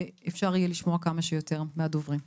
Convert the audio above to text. כדי שאפשר יהיה לשמוע כמה שיותר מהדוברים.